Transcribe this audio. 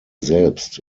selbst